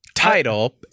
title